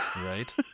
right